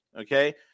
okay